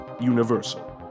Universal